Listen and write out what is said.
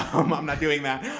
i'm not doing that.